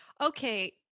Okay